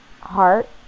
heart